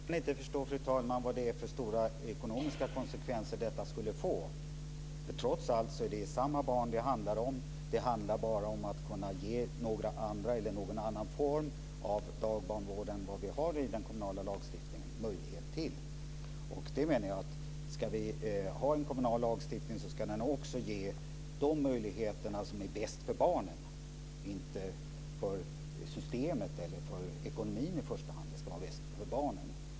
Fru talman! Jag kan inte förstå vad det är för stora ekonomiska konsekvenser detta skulle få. Trots allt är det samma barn det handlar om. Det handlar bara om att ge möjlighet till någon annan form av dagbarnvård än vad vi har i den kommunala lagstiftningen. Jag menar att ska vi ha en kommunal lagstiftning så ska den också ge de möjligheter som är bäst för barnen, inte för systemet eller för ekonomin i första hand. Det ska vara bäst för barnen.